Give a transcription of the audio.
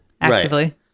actively